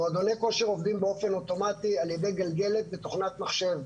מועדוני כושר עובדים באופן אוטומטי על ידי גלגלת ותוכנית מחשב.